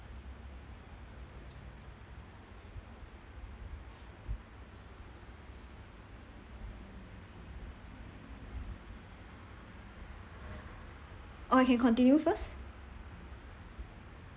or he can continue first